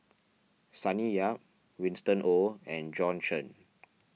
Sonny Yap Winston Oh and Bjorn Shen